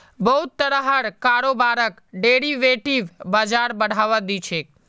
बहुत तरहर कारोबारक डेरिवेटिव बाजार बढ़ावा दी छेक